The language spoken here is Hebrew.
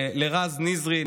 לרז נזרי,